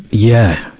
yeah.